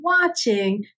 watching